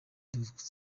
tuzakora